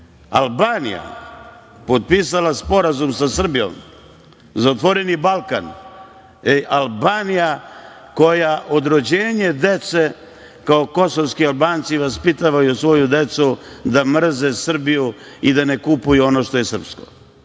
je potpisala sporazum sa Srbijom za „otvoreni Balkan“, Albanija koja od rođenja dece kao kosovski Albanci vaspitavaju svoju decu da mrze Srbiju i da ne kupuju ono što je srpsko.